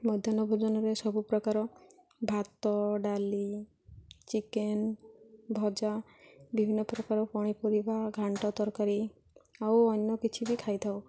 ମଧ୍ୟାହ୍ନ ଭୋଜନରେ ସବୁପ୍ରକାର ଭାତ ଡାଲି ଚିକେନ୍ ଭଜା ବିଭିନ୍ନ ପ୍ରକାର ପନିପରିବା ଘାଣ୍ଟ ତରକାରୀ ଆଉ ଅନ୍ୟ କିଛି ବି ଖାଇଥାଉ